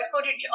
footage